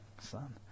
son